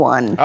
One